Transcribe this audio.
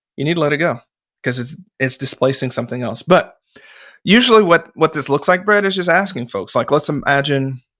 you need to let it go because it's it's displacing something else but usually what what this looks like, brett, is just asking folks. like let's imagine